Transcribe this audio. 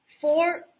four